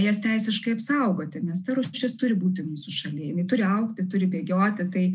jas teisiškai apsaugoti nes ta rūšis turi būti mūsų šalyje jinai turi augti turi bėgioti tai